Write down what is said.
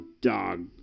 dog